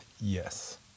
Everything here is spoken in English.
yes